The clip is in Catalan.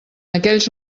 aquells